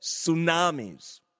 Tsunamis